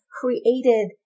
created